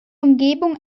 umgebung